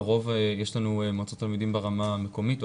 לרוב יש לנו מועצות תלמידים ברמה המקומית או